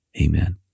Amen